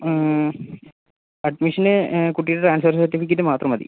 അഡ്മിഷന് കുട്ടീടെ transfer certificate മാത്രം മതി